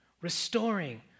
restoring